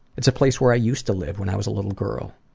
it's a place where i used to live when i was a little girl.